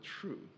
true